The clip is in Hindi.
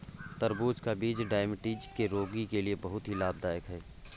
तरबूज का बीज डायबिटीज के रोगी के लिए बहुत ही लाभदायक है